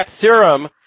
serum